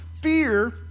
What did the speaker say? fear